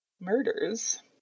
murders